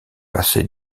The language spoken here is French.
passé